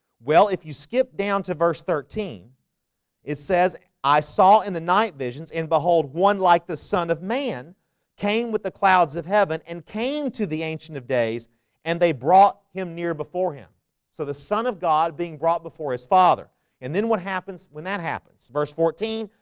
well, if you skip down to verse thirteen it says i saw in the night visions and behold one like the son of man came with the clouds of heaven and came to the ancient of days and they brought him near before him so the son of god being brought before his father and then what happens when that happens verse fourteen,